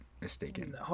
mistaken